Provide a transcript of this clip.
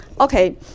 Okay